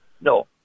No